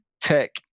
tech